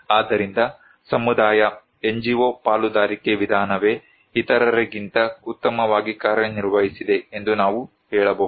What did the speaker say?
ಆದ್ದರಿಂದ ಸಮುದಾಯ NGO ಪಾಲುದಾರಿಕೆ ವಿಧಾನವೇ ಇತರರಿಗಿಂತ ಉತ್ತಮವಾಗಿ ಕಾರ್ಯನಿರ್ವಹಿಸಿದೆ ಎಂದು ನಾವು ಹೇಳಬಹುದು